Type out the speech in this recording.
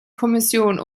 kommission